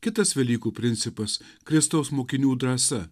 kitas velykų principas kristaus mokinių drąsa